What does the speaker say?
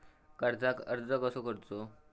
कर्जाक अर्ज कसो करूचो?